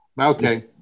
Okay